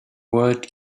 world